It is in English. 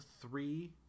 three